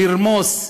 לרמוס,